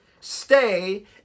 Stay